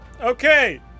Okay